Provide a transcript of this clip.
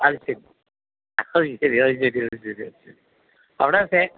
അത് ശരി അത് ശരി അത് ശരി അത് ശരി അവിടെയൊക്കെ